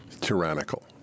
tyrannical